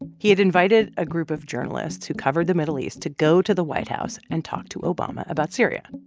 he had invited a group of journalists who covered the middle east to go to the white house and talk to obama about syria.